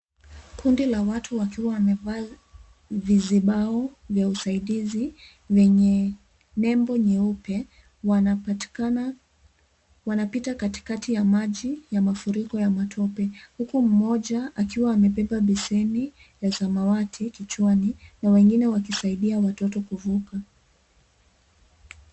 Kundi la watu wakiwa wamevaa vizibao vya usaidizi vyenye nembo nyeupe wanapatikana wanapita katikati ya maji ya mafuriko ya matope, huku mmoja akiwa amebeba beseni la samawati kichwani na wengine wakisaidia watoto kuvuka.